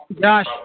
Josh